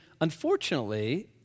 unfortunately